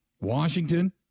Washington